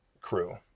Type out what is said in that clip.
crew